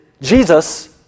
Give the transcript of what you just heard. Jesus